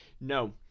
No